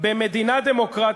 כל יום חוק?